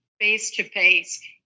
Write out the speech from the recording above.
face-to-face